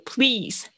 Please